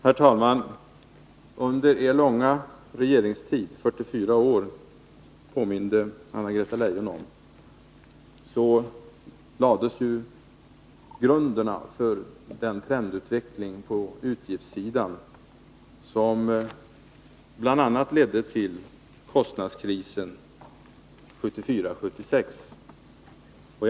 Herr talman! Under er långa regeringstid, 44 år, som Anna-Greta Leijon påminde om, lades ju grunderna för den trendutveckling på utgiftssidan som bl.a. ledde till kostnadskrisen 1974-1976.